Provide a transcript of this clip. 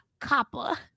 copper